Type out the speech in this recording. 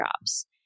jobs